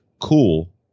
cool